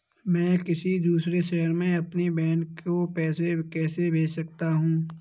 मैं किसी दूसरे शहर से अपनी बहन को पैसे कैसे भेज सकता हूँ?